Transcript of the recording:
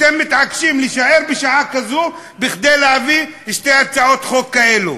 אתם מתעקשים להישאר בשעה כזו כדי להביא שתי הצעות חוק כאלו.